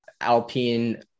Alpine